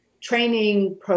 training